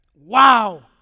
Wow